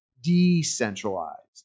decentralized